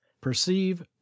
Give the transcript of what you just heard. Perceive